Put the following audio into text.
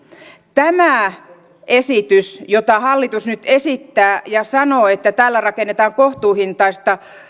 tämä esitys jota hallitus nyt esittää ja sanoo että tällä rakennetaan kohtuuhintaista